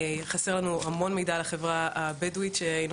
חסר לנו המון מידע על החברה הבדואית שהיינו